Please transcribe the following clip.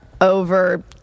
over